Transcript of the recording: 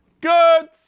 Good